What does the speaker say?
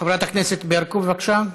חברת הכנסת ברקו, בבקשה.